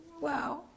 wow